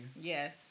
Yes